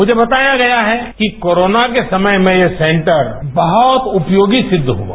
मुझे बताया गया है कि कोरोना के समय में ये सेंटर बहुत उपयोगी सिद्ध हुआ